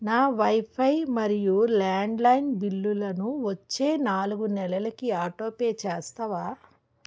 నా వైఫై మరియు ల్యాండ్లైన్ బిల్లులను వచ్చే నాలుగు నెలలకి ఆటోపే చేస్తావా